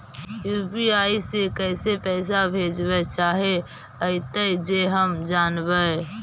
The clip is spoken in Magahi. यु.पी.आई से कैसे पैसा भेजबय चाहें अइतय जे हम जानबय?